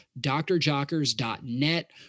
drjockers.net